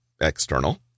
external